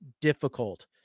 difficult